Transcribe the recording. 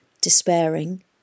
despairing